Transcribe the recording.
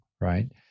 right